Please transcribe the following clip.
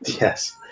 Yes